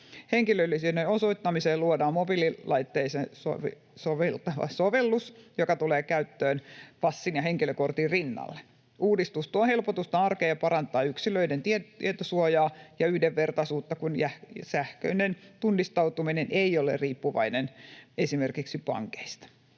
Henkilöllisyyden osoittamiseen luodaan mobiililaitteisiin soveltuva sovellus, joka tulee käyttöön passin ja henkilökortin rinnalle. Uudistus tuo helpotusta arkeen ja parantaa yksilöiden tietosuojaa ja yhdenvertaisuutta, kun sähköinen tunnistautuminen ei ole riippuvainen esimerkiksi pankeista.